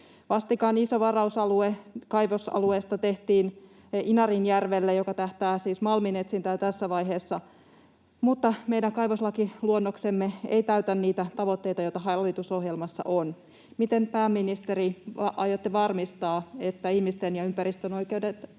iso varaus kaivosalueesta, joka tähtää siis malminetsintään tässä vaiheessa, mutta meidän kaivoslakiluonnoksemme ei täytä niitä tavoitteita, joita hallitusohjelmassa on. Miten, pääministeri, aiotte varmistaa, että ihmisten ja ympäristön oikeudet